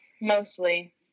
mostly